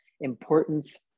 importance